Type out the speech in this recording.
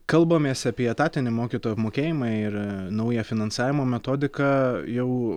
kalbamės apie etatinį mokytojų apmokėjimą ir naują finansavimo metodiką jau